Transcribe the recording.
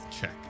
check